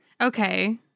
Okay